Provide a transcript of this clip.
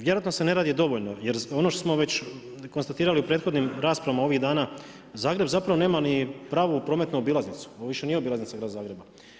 Vjerojatno se ne radi dovoljno jer ono što smo već konstatirali u prethodnim raspravama ovih dana, Zagreb zapravo nema ni pravu prometnu obilaznicu, ovo više nije obilaznica grada Zagreba.